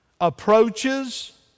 approaches